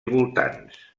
voltants